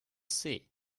see